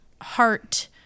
heart